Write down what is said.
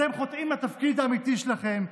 אתם חוטאים לתפקיד האמיתי שלכם,